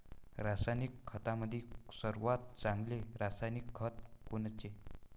रासायनिक खतामंदी सर्वात चांगले रासायनिक खत कोनचे?